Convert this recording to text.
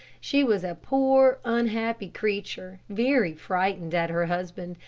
she was a poor, unhappy creature, very frightened at her husband,